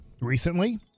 recently